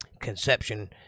Conception